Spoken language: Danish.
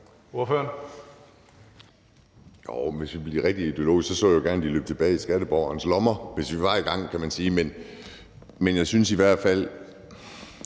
hvis vi bliver rigtig ideologiske, så så jeg jo gerne, at de løb tilbage i skatteborgernes lommer, altså hvis vi var i gang, kan man sige. Men jeg synes i hvert fald,